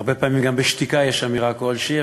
הרבה פעמים גם בשתיקה יש אמירה כלשהי,